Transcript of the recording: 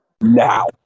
now